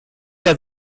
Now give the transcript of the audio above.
der